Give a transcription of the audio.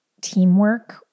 teamwork